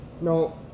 No